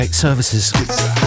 services